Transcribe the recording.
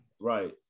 Right